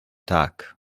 tak